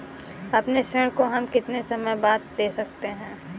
अपने ऋण को हम कितने समय बाद दे सकते हैं?